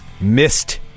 missed